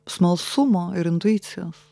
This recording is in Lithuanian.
smalsumo ir intuicijos